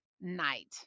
night